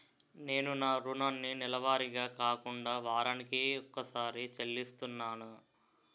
నేను నా రుణాన్ని నెలవారీగా కాకుండా వారాని కొక్కసారి చెల్లిస్తున్నాను